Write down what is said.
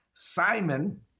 Simon